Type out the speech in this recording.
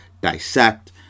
dissect